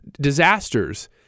disasters